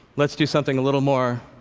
let's do something a little more